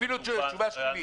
אפילו תשובה שלילית.